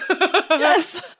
Yes